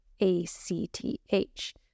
ACTH